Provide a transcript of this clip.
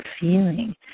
feeling